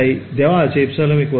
তাই দেওয়া আছে ε 12